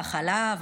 החלב,